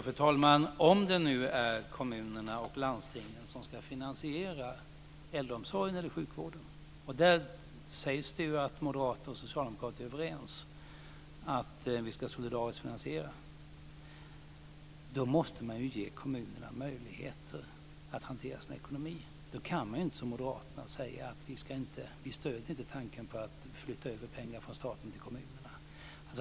Fru talman! Om det nu är kommunerna och landstingen som ska finansiera äldreomsorgen eller sjukvården - och det sägs ju att moderater och socialdemokrater är överens om att vi ska finansiera detta solidariskt - måste man ge kommunerna möjligheter att hantera sin ekonomi. Då kan man inte, som moderaterna, säga att man inte stöder tanken på att flytta över pengar från staten till kommunerna.